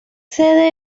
sede